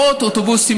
מאות אוטובוסים,